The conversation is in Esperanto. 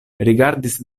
rigardis